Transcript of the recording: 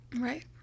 Right